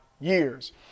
years